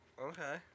Okay